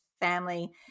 family